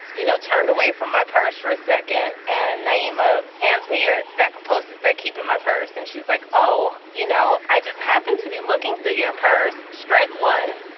you know, turned away from my purse for a second. and nyima hands me a stack of posts i keep in my purse. and she's like, oh, you know, i just happened to be looking through your purse. strike one.